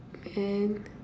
man